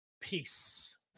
Peace